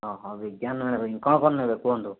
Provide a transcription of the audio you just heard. ଓହୋ ବିଜ୍ଞାନ କ'ଣ କ'ଣ ନେବେ କୁହନ୍ତୁ